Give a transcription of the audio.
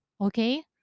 okay